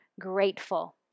Grateful